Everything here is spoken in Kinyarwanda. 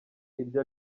iryo